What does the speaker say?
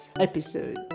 episode